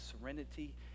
serenity